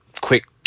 quick